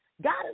God